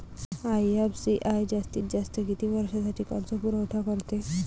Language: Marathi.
आय.एफ.सी.आय जास्तीत जास्त किती वर्षासाठी कर्जपुरवठा करते?